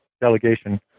delegation